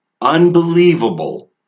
unbelievable